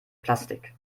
plastik